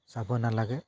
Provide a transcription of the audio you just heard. চাব নালাগে